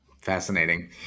Fascinating